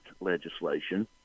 legislation